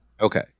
Okay